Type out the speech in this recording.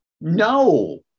no